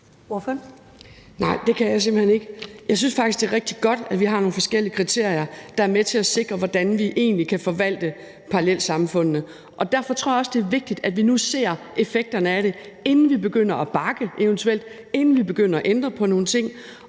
(KF): Nej, det kan jeg simpelt hen ikke. Jeg synes faktisk, det er rigtig godt, at vi har nogle forskellige kriterier, der er med til at sikre noget, i forhold til hvordan vi egentlig kan forvalte parallelsamfundene. Derfor tror jeg også, det er vigtigt, at vi nu ser effekterne af det, inden vi eventuelt begynder at bakke, og inden vi begynder at ændre på nogle ting.